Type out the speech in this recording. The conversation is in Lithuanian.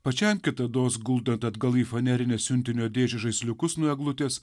pačiam kitados guldant atgal į fanerinę siuntinio dėžę žaisliukus nuo eglutės